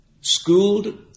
schooled